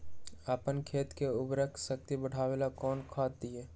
अपन खेत के उर्वरक शक्ति बढावेला कौन खाद दीये?